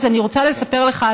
אז אני רוצה לספר לך,